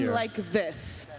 like this.